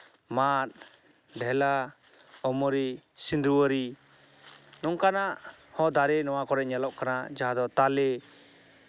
ᱢᱟᱜ ᱰᱷᱮᱞᱟ ᱚᱢᱚᱨᱤ ᱥᱤᱫᱳᱨᱤ ᱱᱚᱝᱠᱟᱱᱟᱜ ᱦᱚᱸ ᱫᱟᱨᱮ ᱱᱚᱣᱟ ᱠᱚᱨᱮᱜ ᱮᱞᱚᱜ ᱠᱟᱱᱟ ᱡᱟᱦᱟᱸ ᱫᱚ ᱛᱟᱞᱮ